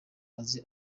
azi